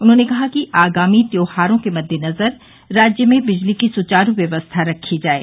उन्होंने कहा कि आगामी त्यौहारों के मद्देनजर राज्य में बिजली की सुचारू व्यवस्था रखी जाये